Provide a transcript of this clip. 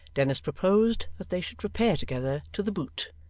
dennis proposed that they should repair together to the boot,